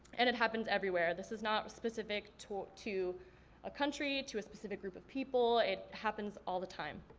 and it happens everywhere, this is not specific to to a country, to a specific group of people, it happens all the time.